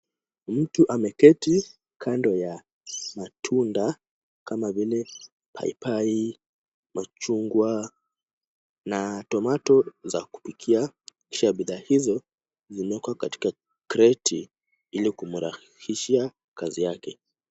Mtu ameketi kando ya matunda kama vile; paipai, machungwa na tomato za kupikia. Kisha bidhaa hizo zimewekwa katika kreti ili kumrahisishia kazi yake.